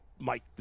Mike